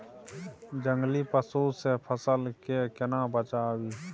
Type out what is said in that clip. जंगली पसु से फसल के केना बचावी?